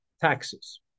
taxes